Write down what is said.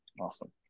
Awesome